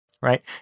right